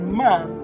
man